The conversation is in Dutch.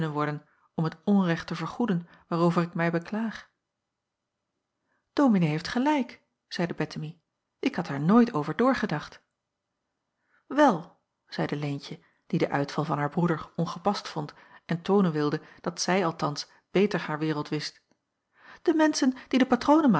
om het onrecht te vergoeden waarover ik mij beklaag dominee heeft gelijk zeide bettemie ik had daar nooit over doorgedacht wel zeide leentje die den uitval van haar broeder ongepast vond en toonen wilde dat zij althans beter haar wereld wist de menschen die de patronen